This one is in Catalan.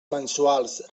mensuals